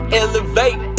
elevate